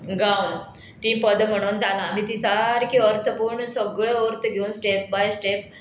गावन ती पद म्हणून धालांनी आमी ती सारकी अर्थ पूण सगळ्यो अर्थ घेवन स्टेप बाय स्टेप